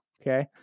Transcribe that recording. Okay